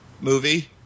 movie